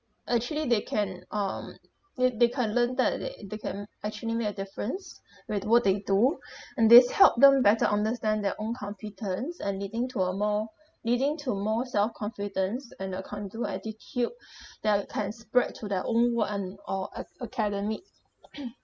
actually they can um if they can learn that they they can actually make a difference with what they do and this help them better understand their own competence and leading to a more leading to more self confidence and a can do attitude that can spread to their own work and or a~ academic